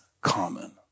common